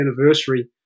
anniversary